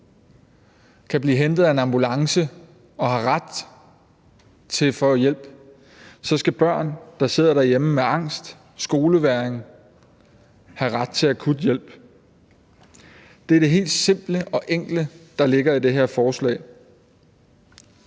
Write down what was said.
kan blive hentet af en ambulance og har ret til at få hjælp, skal børn, der sidder derhjemme med angst og skolevægring, have ret til akut hjælp. Det er det helt simple og enkle, der ligger i det her forslag.